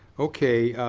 okay,